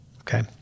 okay